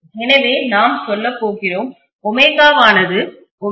எனவே நாம் சொல்லப் போகிறோம் ஒமேகாவானது க்கு சமம்